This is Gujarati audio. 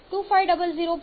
91